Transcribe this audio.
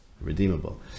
redeemable